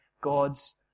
God's